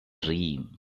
dream